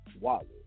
Wallet